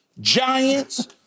Giants